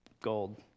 gold